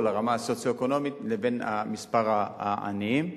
הרמה הסוציו-אקונומית לבין מספר העניים.